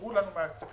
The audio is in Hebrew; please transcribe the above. נותרו לנו מהתקציב